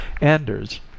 Anders